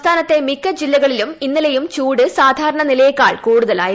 സംസ്ഥാനത്തെ മിക്ക ജില്ലകളിലും ഇന്നലെയും ചൂട് സാധാരണ നിലയേക്കാൾ കൂടുതലായിരുന്നു